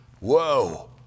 Whoa